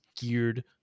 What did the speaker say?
geared